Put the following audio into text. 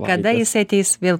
kada jisai ateis vėl